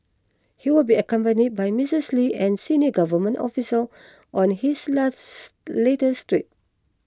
he will be accompanied by Misses Lee and senior government officials on his last latest trip